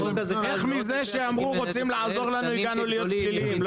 איך מזה שאמרו רוצים לעזור לנו ההגענו להיות פליליים?